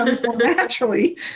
naturally